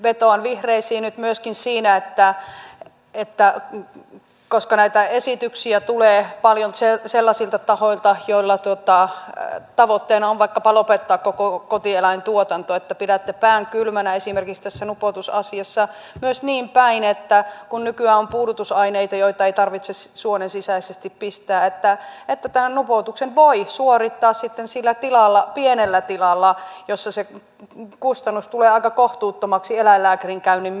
vetoan vihreisiin nyt myöskin siinä koska näitä esityksiä tulee paljon sellaisilta tahoilta joilla tavoitteena on vaikkapa lopettaa koko kotieläintuotanto että pidätte pään kylmänä esimerkiksi tässä nupotusasiassa myös niinpäin että kun nykyään on puudutusaineita joita ei tarvitse suonensisäisesti pistää tämän nupotuksen voi suorittaa sitten sillä tilalla pienellä tilalla jolla se kustannus tulee aikaa kohtuuttomaksi eläinlääkärin käynnin myötä